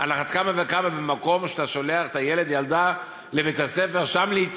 על אחת כמה וכמה במקום שאתה שולח את הילד או הילדה לבית-הספר להתחנך,